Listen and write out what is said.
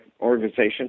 organization